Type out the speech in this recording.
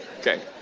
Okay